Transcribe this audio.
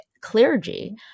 clergy